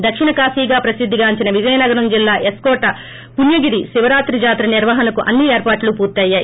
దక్షిణ కాశిగా ప్రసిద్ధి గాంచిన విజయనగరం జిల్లా ఎస్ కోట పుణ్యగిరి శివరాత్రి జాతర నిర్వహణకు అన్ని ఏర్పాట్లు పూర్తయ్యాయి